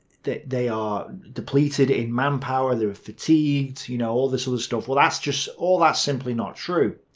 that they are depleted in manpower, they are fatigued, you know, all this other stuff. well, that's just. all that's simply not true.